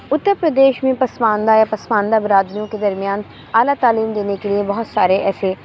اتر پردیش میں پسماندہ یا پسماندہ برادریوں کے درمیان اعلیٰ تعلیم دینے کے لیے بہت سارے ایسے